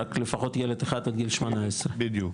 רק ילד אחד פחות מגיל 18. בדיוק,